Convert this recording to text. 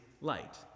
light